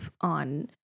on